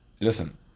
listen